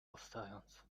powstając